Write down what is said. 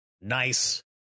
nice